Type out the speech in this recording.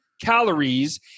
calories